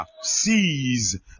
seize